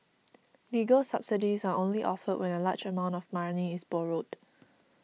legal subsidies are only offered when a large amount of money is borrowed